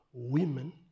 women